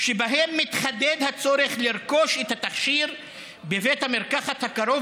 מחלה,) שבהם מתחדד הצורך לרכוש את התכשיר בבית המרקחת הקרוב